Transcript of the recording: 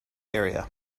area